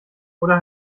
oder